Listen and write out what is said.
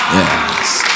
Yes